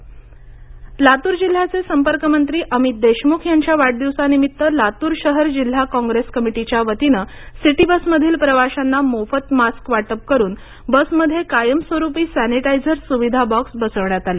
मारूक वाटप लातर लातूर जिल्ह्याचे संपर्कमंत्री अमित देशमुख यांच्या वाढदिवसानिमित्त लातूर शहर जिल्हा काँप्रेस कमिटीच्या वतीनं सिटी बस मधील प्रवाशांना मोफत मास्क वाटप करून बसमध्ये कायमस्वरूपी सॅनिटायझर सुविधा बॉक्स बसविण्यात आले